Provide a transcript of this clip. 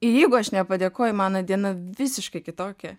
ir jeigu aš nepadėkoju mano diena visiškai kitokia